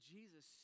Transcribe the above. Jesus